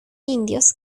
indios